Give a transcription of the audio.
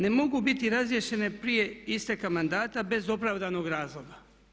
Ne mogu biti razriješene prije isteka mandata bez opravdanog razloga.